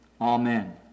Amen